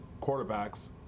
quarterbacks